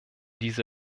diese